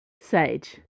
Sage